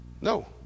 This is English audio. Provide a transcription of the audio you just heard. No